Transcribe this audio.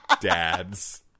Dads